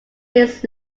his